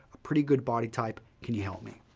a pretty good body type. can you help me?